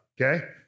okay